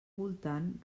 voltant